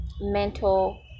mental